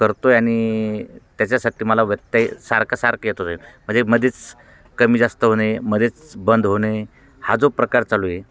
करतो आहे आणि त्याच्यासाठी मला व्यत्यय सारखा सारखा येतो आहे म्हणजे मध्येच कमी जास्त होणे मध्येच बंद होणे हा जो प्रकार चालू आहे